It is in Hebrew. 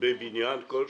בבניין מסוים,